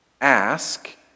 Ask